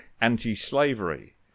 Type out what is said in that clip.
anti-slavery